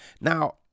Now